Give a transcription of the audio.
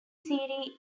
serie